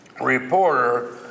reporter